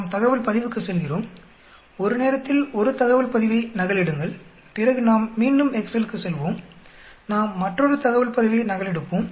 நாம் தகவல் பதிவுக்கு செல்கிறோம் ஒரு நேரத்தில் ஒரு தகவல் பதிவை நகல் எடுங்கள் பிறகு நாம் மீண்டும் எக்ஸ்செல் க்கு செல்வோம் நாம் மற்றொரு தகவல் பதிவை நகல் எடுப்போம்